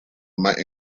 might